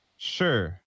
Sure